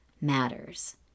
matters